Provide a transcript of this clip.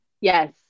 Yes